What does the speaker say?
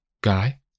Guy